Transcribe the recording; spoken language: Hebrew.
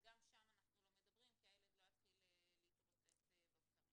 אז גם שם אנחנו לא מדברים כי הילד לא יתחיל להתרוצץ בבקרים.